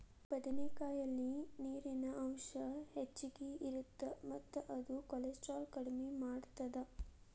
ಬದನೆಕಾಯಲ್ಲಿ ನೇರಿನ ಅಂಶ ಹೆಚ್ಚಗಿ ಇರುತ್ತ ಮತ್ತ ಇದು ಕೋಲೆಸ್ಟ್ರಾಲ್ ಕಡಿಮಿ ಮಾಡತ್ತದ